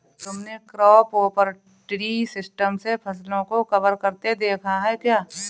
तुमने crop over tree system से फसलों को कवर करते देखा है क्या?